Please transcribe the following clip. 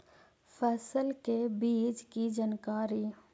फसल के बीज की जानकारी?